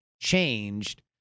changed